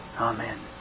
Amen